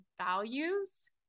values